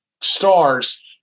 stars